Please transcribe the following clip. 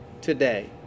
today